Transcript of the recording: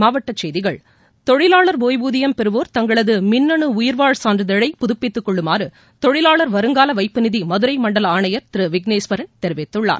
மாவட்டச்செய்திகள் தொழிலாளர் ஓய்வூதியம் பெறுவோர் தங்களது மின்னனு உயிர்வாழ் சான்றிதழை புதுப்பித்துக் கொள்ளுமாறு தொழிலாளர் வருங்கால வைப்புநிதி மதுரை மண்டல ஆணையர் திரு விக்னேஸ்வரன் தெரிவித்துள்ளார்